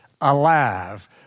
alive